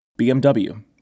BMW